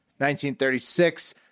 1936